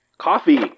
Coffee